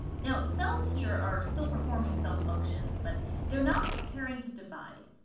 now cells here are still performing cell functions, but they're not preparing to divide.